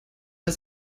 das